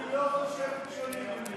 היא לא חושבת שונה ממך.